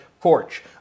porch